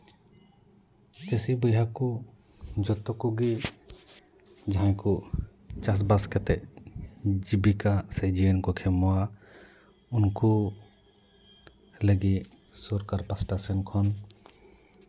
ᱪᱟᱹᱥᱤ ᱵᱚᱭᱦᱟ ᱠᱚ ᱡᱚᱛᱚ ᱠᱚᱜᱮ ᱡᱟᱦᱟᱸᱭ ᱠᱚ ᱪᱟᱥᱼᱵᱟᱥ ᱠᱟᱛᱮᱫ ᱡᱤᱵᱤᱠᱟ ᱥᱮ ᱡᱤᱭᱚᱱ ᱠᱚ ᱠᱷᱮᱢᱟᱣᱟ ᱩᱱᱠᱩ ᱞᱟᱹᱜᱤᱫ ᱥᱚᱨᱠᱟᱨ ᱯᱟᱥᱴᱟ ᱥᱮᱱ ᱠᱷᱚᱱ